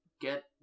get